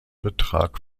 betrag